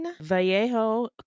Vallejo